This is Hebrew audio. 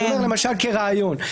כרעיון.